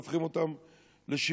שהופכים אותם לשימורים.